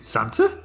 Santa